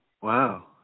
Wow